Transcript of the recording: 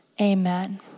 Amen